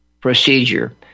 procedure